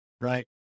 right